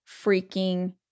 freaking